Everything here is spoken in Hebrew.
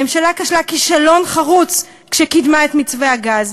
הממשלה כשלה כישלון חרוץ כשקידמה את מתווה הגז,